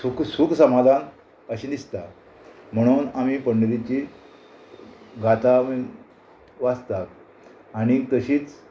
सुख सुख समाधान अशें दिसता म्हणून आमी पंढरीची गाता बीन वाचतात आणीक तशीच